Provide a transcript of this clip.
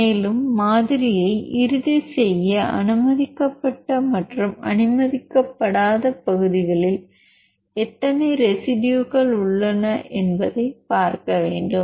மேலும் மாதிரியை இறுதி செய்ய அனுமதிக்கப்பட்ட மற்றும் அனுமதிக்கப்படாத பகுதிகளில் எத்தனை ரெசிடுயுகள் உள்ளன என்பதைப் பார்க்க வேண்டும்